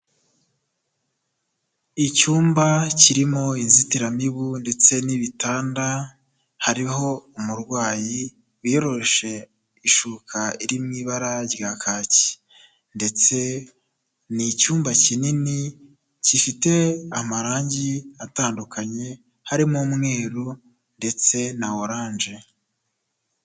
Icyumba kirimo inzitiramibu ndetse n'ibitanda, hariho umurwayi wiyoroshe ishuka iri mu ibara rya kaki ndetse ni icyumba kinini gifite amarangi atandukanye, harimo umweru ndetse na oranje.